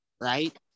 right